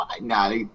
nah